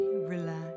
relax